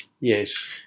Yes